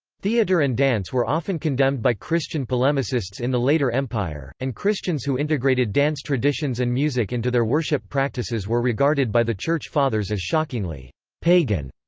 theatre and dance were often condemned by christian polemicists in the later empire, and christians who integrated dance traditions and music into their worship practices were regarded by the church fathers as shockingly pagan.